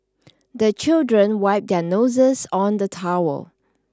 the children wipe their noses on the towel